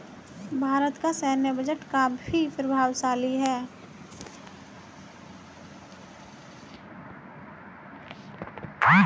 भारत का सैन्य बजट काफी प्रभावशाली है